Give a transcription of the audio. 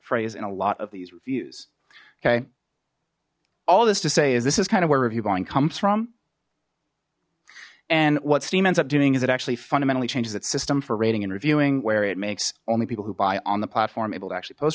phrase in a lot of these reviews okay all this to say is this is kind of where review blowing comes from and what steam ends up doing is it actually fundamentally changes its system for rating and reviewing where it makes only people who buy on the platform able to actually pos